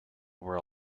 were